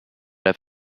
have